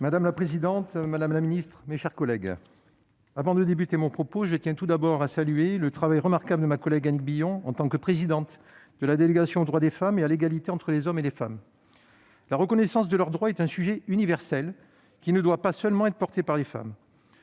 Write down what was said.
Madame la présidente, madame la secrétaire d'État, mes chers collègues, avant d'entamer mon propos, je tiens à saluer le travail remarquable de ma collègue Annick Billon en tant que présidente de la délégation aux droits des femmes et à l'égalité entre les hommes et les femmes. La reconnaissance des droits des femmes est un sujet universel, qui ne doit pas seulement être porté par les femmes.